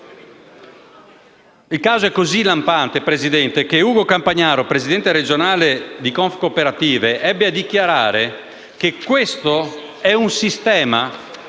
Il caso è così lampante, signor Presidente, che Ugo Campagnaro, presidente regionale di Confcooperative, ebbe a dichiarare che questo è un sistema